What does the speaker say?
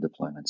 deployments